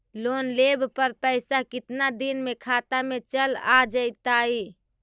Loan लेब पर पैसा कितना दिन में खाता में चल आ जैताई?